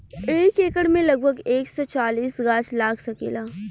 एक एकड़ में लगभग एक सौ चालीस गाछ लाग सकेला